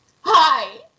hi